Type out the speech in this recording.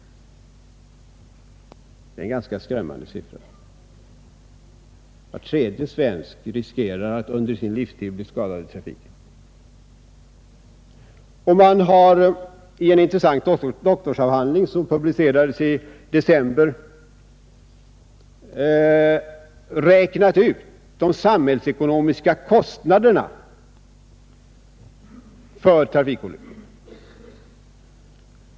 Det är en skrämmande siffra. Var tredje svensk riskerar att under sin livstid bli skadad i trafiken! Bengt Mattson har i en intressant doktorsavhandling som publicerades i december räknat ut de samhällsekonomiska kostnaderna för trafikolyckorna.